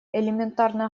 элементарно